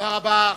תודה רבה.